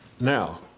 Now